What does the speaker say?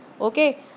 Okay